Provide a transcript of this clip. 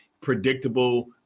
predictable